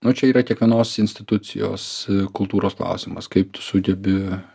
nu čia yra kiekvienos institucijos kultūros klausimas kaip tu sugebi